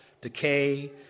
decay